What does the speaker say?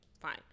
Fine